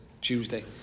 Tuesday